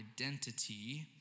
identity